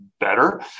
better